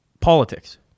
politics